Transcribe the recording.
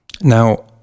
Now